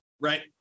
right